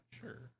sure